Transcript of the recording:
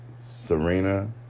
Serena